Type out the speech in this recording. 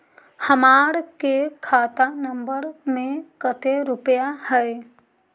हमार के खाता नंबर में कते रूपैया है?